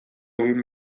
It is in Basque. egin